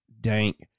dank